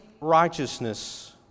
righteousness